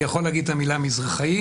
אני יכול להגיד את המילה מזרחיים,